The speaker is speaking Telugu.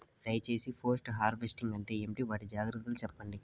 దయ సేసి పోస్ట్ హార్వెస్టింగ్ అంటే ఏంటి? వాటి జాగ్రత్తలు సెప్పండి?